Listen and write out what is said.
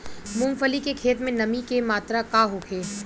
मूँगफली के खेत में नमी के मात्रा का होखे?